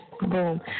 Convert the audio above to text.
Boom